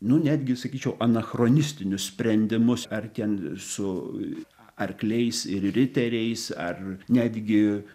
nu netgi sakyčiau anachronistinius sprendimus ar ten su arkliais ir riteriais ar netgi